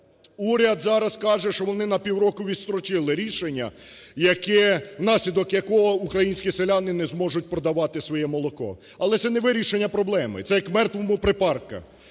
Уряд зараз каже, що вони на півроку відстрочили рішення, яке… внаслідок якого українські селяни не зможуть продавати своє молоко. Але це не вирішення проблеми, це як мертвому припарка.